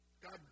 God